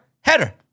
header